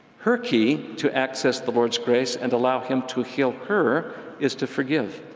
her key to access the lord's grace and allow him to heal her is to forgive.